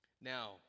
Now